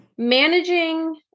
managing